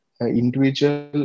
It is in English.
individual